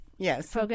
Yes